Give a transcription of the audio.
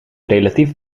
relatief